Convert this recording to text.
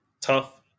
tough